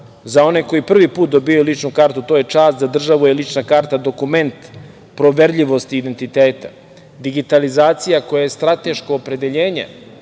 Za one koji prvi put dobijaju ličnu kartu to je čast, za državu je lična karta dokument proverljivosti identiteta. Digitalizacija koje je strateško opredeljenje